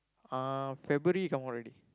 uh February come out already